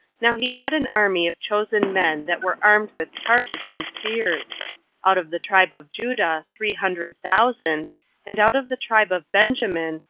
now he had an army of chosen men that were armed with targets and spears out of the tribe of judah three hundred thousand and out of the tribe of benjamin,